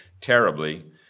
terribly